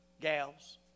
gals